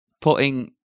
putting